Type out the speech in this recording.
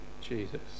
Jesus